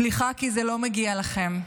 סליחה, כי זה לא מגיע לכם,